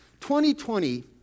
2020